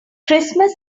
christmas